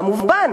כמובן,